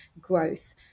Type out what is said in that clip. growth